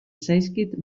zaizkit